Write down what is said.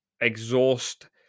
exhaust